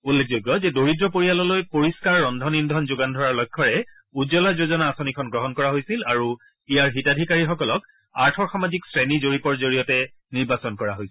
উল্লেখযোগ্য যে দৰিদ্ৰ পৰিয়াললৈ পৰিষ্কাৰ ৰন্ধন ইন্ধন যোগান ধৰাৰ লক্ষ্যৰে উজ্জ্বলা যোজনা আঁচনিখন গ্ৰহণ কৰা হৈছিল আৰু ইয়াৰ হিতাধিকাৰীসকলক আৰ্থ সামাজিক শ্ৰেণী জৰীপৰ জৰিয়তে নিৰ্বাচন কৰা হৈছিল